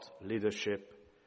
leadership